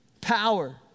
Power